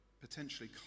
potentially